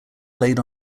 played